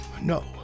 No